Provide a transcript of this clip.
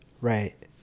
Right